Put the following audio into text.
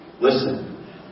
Listen